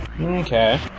Okay